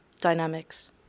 dynamics